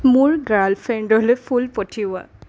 মোৰ গাৰ্লফ্ৰেণ্ডলৈ ফুল পঠিওৱা